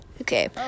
Okay